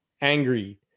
angry